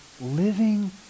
living